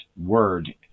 word